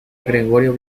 gregorio